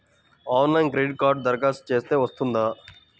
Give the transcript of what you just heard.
ఆన్లైన్లో క్రెడిట్ కార్డ్కి దరఖాస్తు చేస్తే వస్తుందా?